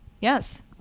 Yes